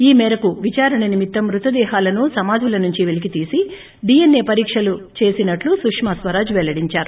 ఈ మేరకు విదారణ నిమిత్తం మృతదేహాలను సమాధుల నుంచి పెలికితీసి డీఎన్ఏ పరీక్షలు చేసినట్లు సుష్మా స్వరాజ్ వెల్లడించారు